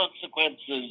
consequences